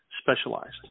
specialized